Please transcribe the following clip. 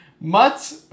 Mutt